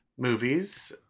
movies